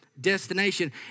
destination